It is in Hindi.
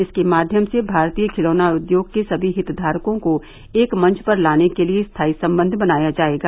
इसके माध्यम से भारतीय खिलौना उद्दोग के सभी हितधारकों को एक मंच पर लाने के लिए स्थायी संबंध बनाया जायेगा